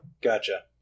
Gotcha